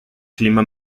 clima